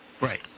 Right